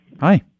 Hi